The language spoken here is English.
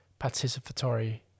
participatory